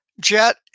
Jet